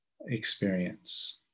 experience